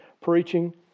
preaching